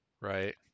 right